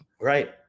Right